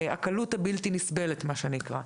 הקלות הבלתי נסבלת, מה שנקרא.